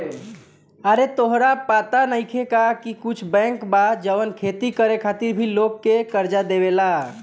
आरे तोहरा पाता नइखे का की कुछ बैंक बा जवन खेती करे खातिर भी लोग के कर्जा देवेला